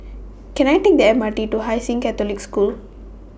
Can I Take The M R T to Hai Sing Catholic School